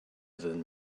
than